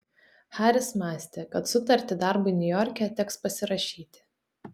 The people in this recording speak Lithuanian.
haris mąstė kad sutartį darbui niujorke teks pasirašyti